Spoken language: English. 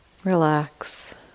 Relax